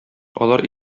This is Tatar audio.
алар